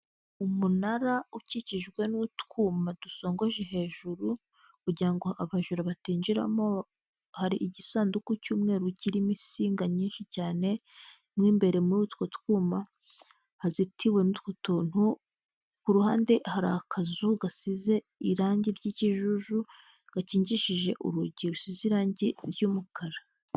Umunara ukikijwe n'utwuma dusongoje hejuru, kugira ngo abajura batinjiramo, hari igisanduku cy'umweru kirimo insinga nyinshi cyane, mo imbere muri utwo twuma hazitiwe n'utwo tuntu, ku ruhande hari akazu gasize irangi ry'ikijuju gakingishije urugi rusize irangi ry'umukara.